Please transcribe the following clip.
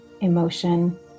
emotion